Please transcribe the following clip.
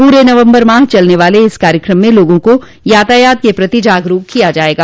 पूरे नवम्बर माह चलने वाले इस कार्यक्रम में लोगों को यातायात के प्रति जागरूक किया जायेगा